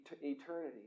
eternity